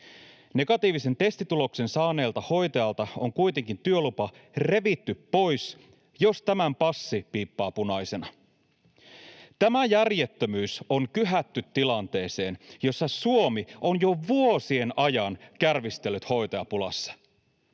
Negatiivisen testituloksen saaneelta hoitajalta on kuitenkin työlupa revitty pois, jos tämän passi piippaa punaisena. Tämä järjettömyys on kyhätty tilanteeseen, jossa Suomi on jo vuosien ajan kärvistellyt hoitajapulassa.